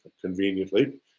conveniently